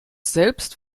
selbst